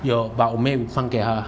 有 but 我没有 refund 给他